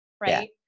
right